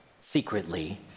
secretly